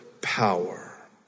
power